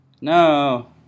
no